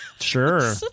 Sure